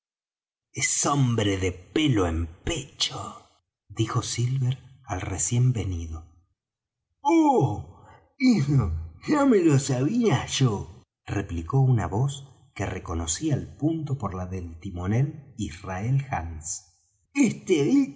es hombre de pelo en pecho dijo silver al recién venido oh eso ya me lo sabía yo replicó una voz que reconocí al punto por la del timonel israel hands este